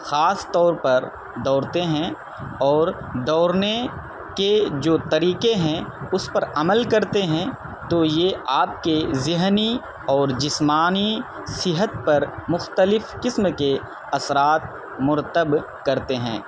خاص طور پر دوڑتے ہیں اور دوڑنے کے جو طریقے ہیں اس پر عمل کرتے ہیں تو یہ آپ کے ذہنی اور جسمانی صحت پر مختلف قسم کے اثرات مرتب کرتے ہیں